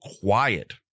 quiet